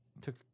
took